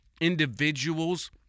individuals